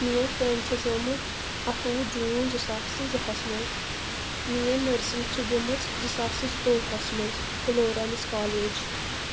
میٛٲنۍ فرٛینٛڈ چھِ زامٕژ اَٹھووُہ جوٗن زٕ ساس تہٕ زٕہَس مَنٛز میٛٲنۍ نٔرسِنٛگ چھِ گٔمٕژ زٕ ساس تہٕ زٕتوٚوہ ہَس مَنٛز فلورینس کالیج